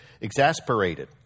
exasperated